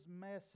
message